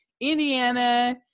indiana